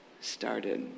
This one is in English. started